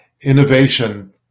innovation